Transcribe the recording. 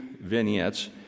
vignettes